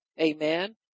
Amen